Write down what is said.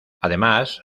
además